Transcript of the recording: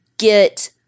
Get